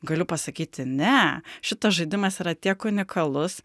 galiu pasakyti ne šitas žaidimas yra tiek unikalus